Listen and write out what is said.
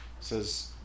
says